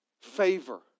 favor